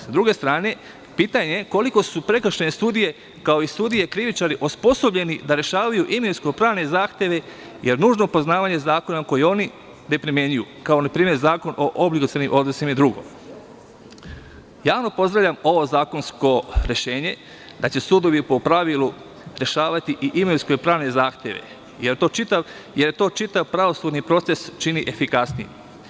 Sa druge strane pitanje - koliko su prekršajne sudije, kao i sudije krivičari, osposobljeni da rešavaju imovinsko-pravne zahteve je nužno poznavanje zakona koji oni ne primenjuju, kao npr. Zakon o obligacionim odnosima i dr. Javno pozdravljam ovo zakonsko rešenje da će sudovi po pravilu rešavati i imovinsko-pravne zahteve, jer to čitav pravosudni proces čini efikasnijim.